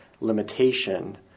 limitation